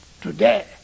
Today